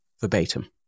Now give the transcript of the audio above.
verbatim